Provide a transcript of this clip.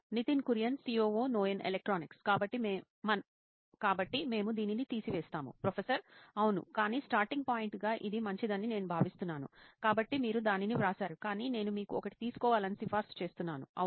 Nitin Kurian COO నోయిన్ electronics కాబట్టి మేము దీనిని తీసివేస్తాము ప్రొఫెసర్ అవును కానీ స్టార్టింగ్ పాయింట్ గా ఇది మంచిదని నేను భావిస్తున్నాను కాబట్టి మీరు దానిని వ్రాసారు కాని నేను మీకు ఒకటి తీసుకోవాలని సిఫార్సు చేస్తున్నాను అవును